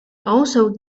also